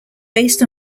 based